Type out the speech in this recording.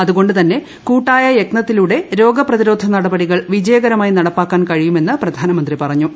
അതു കൊടു് തന്നെ കൂട്ടായ യത്ന്നത്തിലൂടെ രോഗ പ്രതിരോധ നടപടികൾ പ്പിജ്ഞ്കരമായി നടപ്പാക്കാൻ കഴിയുമെന്ന് പ്രധാനമന്ത്രി പറഞ്ഞു